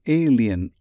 alien